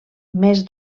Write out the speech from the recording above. més